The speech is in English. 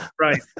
Right